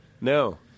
No